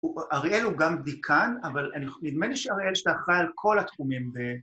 ‫אריאל הוא גם דיקן, אבל נדמה לי ‫שאריאל אחראי על כל התחומים ב...